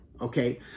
okay